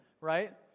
Right